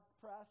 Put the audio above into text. Press